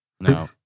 No